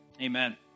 Amen